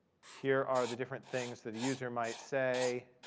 here are the different things that a user might say.